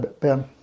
ben